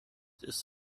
ist